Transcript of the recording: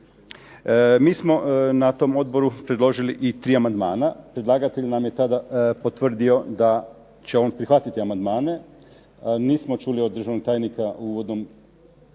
Mi smo na tom odboru predložili i 3 amandmana. Predlagatelj nam je tada potvrdio da će on prihvatiti amandmane. Nismo čuli od državnog tajnika u uvodnom,